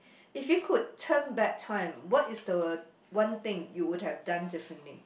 if you could turn back time what is the one thing you would have done differently